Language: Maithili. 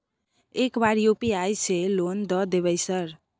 एक बार यु.पी.आई से लोन द देवे सर?